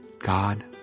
God